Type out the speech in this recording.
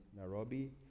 Nairobi